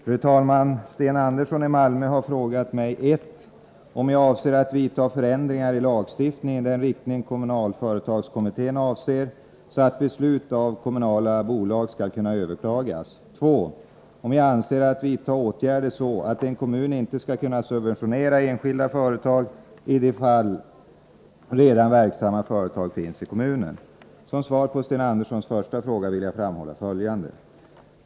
Fru talman! Sten Andersson i Malmö har frågat mig: Om möjlighet att 1. om jag avser att vidta förändringar i lagstiftningen i den riktning överklaga beslut av kommunalföretagskommittén avser, så att beslut av kommunala bolag skall kömmunala bola 8, kunna överklagas och m.m. : 2. om jag avser att vidta åtgärder så att en kommun inte skall kunna subventionera enskilda företag i de fall redan verksamma företag finns i kommunen. Som svar på Sten Anderssons första fråga vill jag framhålla följande.